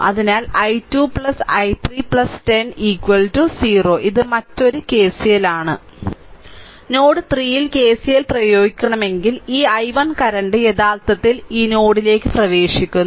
അതിനാൽ i2 i3 10 0 ഇത് മറ്റൊരു KCL ആണ് നോഡ് 3 ൽ r KCL പ്രയോഗിക്കണമെങ്കിൽ ഈ i1 കറന്റ് യഥാർത്ഥത്തിൽ ഈ നോഡിലേക്ക് പ്രവേശിക്കുന്നു